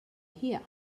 here